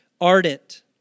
ardent